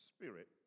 spirit